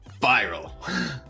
viral